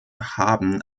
haben